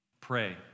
Pray